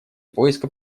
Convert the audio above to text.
поиска